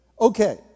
Okay